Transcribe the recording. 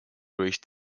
raised